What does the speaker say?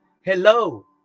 hello